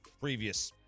previous